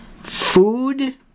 Food